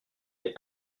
est